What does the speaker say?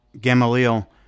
Gamaliel